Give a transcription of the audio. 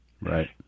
Right